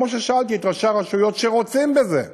כמו ששאלתי את ראשי הרשויות שרוצים בזה,